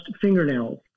Fingernails